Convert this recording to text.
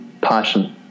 Passion